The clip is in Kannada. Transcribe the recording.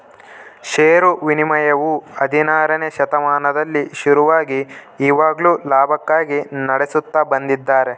ಷೇರು ವಿನಿಮಯವು ಹದಿನಾರನೆ ಶತಮಾನದಲ್ಲಿ ಶುರುವಾಗಿ ಇವಾಗ್ಲೂ ಲಾಭಕ್ಕಾಗಿ ನಡೆಸುತ್ತ ಬಂದಿದ್ದಾರೆ